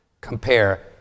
compare